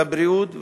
לבריאות,